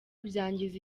byangiza